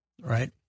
right